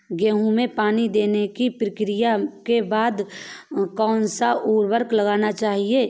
गेहूँ में पानी देने की प्रक्रिया के बाद कौन सा उर्वरक लगाना चाहिए?